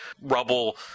rubble